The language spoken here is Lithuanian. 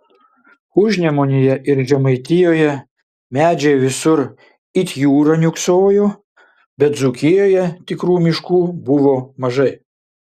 užnemunėje ir žemaitijoje medžiai visur it jūra niūksojo bet dzūkijoje tikrų miškų buvo mažai